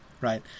right